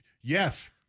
Yes